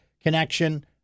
connection